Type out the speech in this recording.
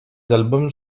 albums